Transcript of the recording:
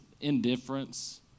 indifference